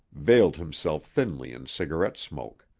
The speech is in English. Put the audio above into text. veiled himself thinly in cigarette smoke.